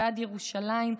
ועד ירושלים,